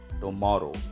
tomorrow